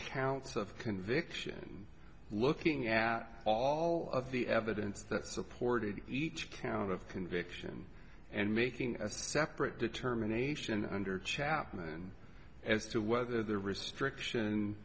of conviction looking at all of the evidence that supported each count of conviction and making a separate determination under chapman as to whether the restriction